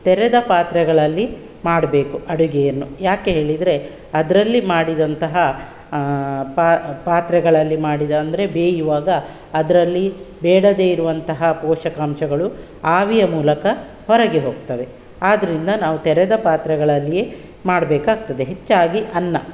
ತೆರೆದ ಪಾತ್ರೆಗಳಲ್ಲಿ ಮಾಡಬೇಕು ಅಡಿಗೆಯನ್ನು ಯಾಕೆ ಹೇಳಿದರೆ ಅದರಲ್ಲಿ ಮಾಡಿದಂತಹ ಪಾತ್ರೆಗಳಲ್ಲಿ ಮಾಡಿದ ಅಂದರೆ ಬೇಯುವಾಗ ಅದರಲ್ಲಿ ಬೇಡದೇ ಇರುವಂತಹ ಪೋಷಕಾಂಶಗಳು ಆವಿಯ ಮೂಲಕ ಹೊರಗೆ ಹೋಗ್ತವೆ ಆದ್ದರಿಂದ ನಾವು ತೆರೆದ ಪಾತ್ರೆಗಳಲ್ಲಿಯೆ ಮಾಡಬೇಕಾಗ್ತದೆ ಹೆಚ್ಚಾಗಿ ಅನ್ನ